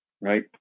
right